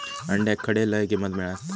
अंड्याक खडे लय किंमत मिळात?